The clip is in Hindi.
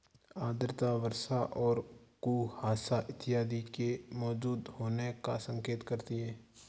आर्द्रता वर्षा और कुहासा इत्यादि के मौजूद होने का संकेत करती है